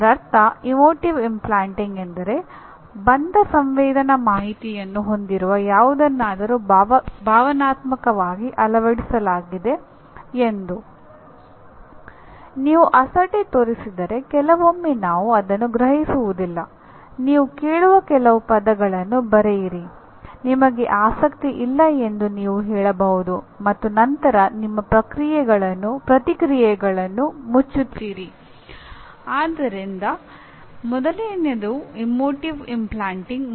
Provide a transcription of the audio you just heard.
ಇದರರ್ಥ emotive implanting